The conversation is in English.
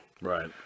Right